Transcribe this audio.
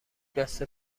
بسته